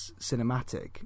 cinematic